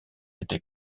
été